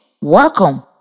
welcome